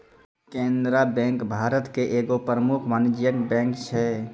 Canara bank Bharat के एगो प्रमुख वाणिज्यिक बैंक छै